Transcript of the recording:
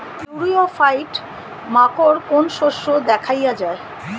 ইরিও ফাইট মাকোর কোন শস্য দেখাইয়া যায়?